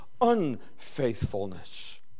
unfaithfulness